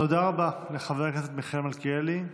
תודה רבה לחבר הכנסת מיכאל מלכיאלי.